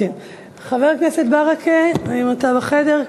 חבר הכנסת ברכה, האם אתה בחדר?